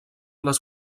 les